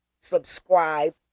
subscribe